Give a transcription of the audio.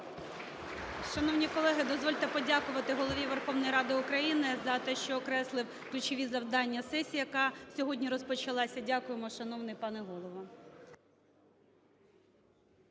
Шановні колеги, дозвольте подякувати Голові Верховної Ради України за те, що окреслив ключові завдання сесії, яка сьогодні розпочалася. Дякуємо, шановний пане Голово.